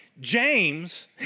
James